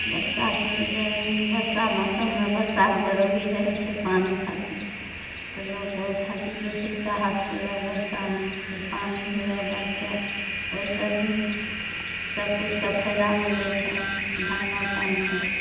बरसाके जरूरी बरसा मौसममे बरसाके जरूरी रहैत छै पानि खातिर तऽ लोग एहि खातिर बेसी चाहत कयलक बरसामे जे पानि हुए बरसे ओहि से भी सब किछुके फायदा मिलैत छै धानो तानके